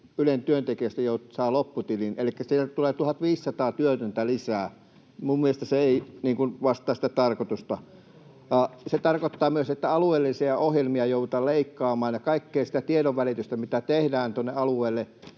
Ylen työntekijöistä saa lopputilin, elikkä sieltä tulee 1 500 työtöntä lisää. Minun mielestäni se ei vastaa sitä tarkoitusta. Se tarkoittaa myös, että joudutaan leikkaamaan alueellisia ohjelmia ja kaikkea sitä tiedonvälitystä, mitä tehdään alueille